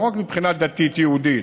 לא רק מבחינה דתית יהודית,